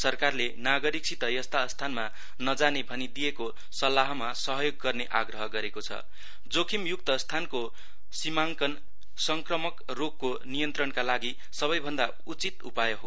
सरकारले नागरिकसित यस्ता स्थानमा नजाने भनि दिएको सल्लाहमा सहयोग गर्ने आग्रह गरेको छ जोखिम युक्त स्थानको सीमाङकन संक्रामक रोगको नियन्त्रणका लागि सबैभन्दा उचित उपाय हो